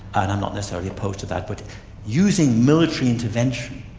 and i'm not necessarily opposed to that, but using military intervention,